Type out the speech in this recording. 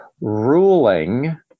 ruling